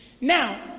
Now